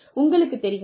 உங்களுக்குத் தெரியுமா